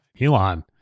Elon